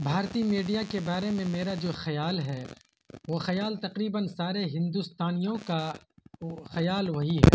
بھارتی میڈیا کے بارے میں میرا جو خیال ہے وہ خیال تقریباً سارے ہندوستانیوں کا خیال وہی ہے